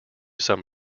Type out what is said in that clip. some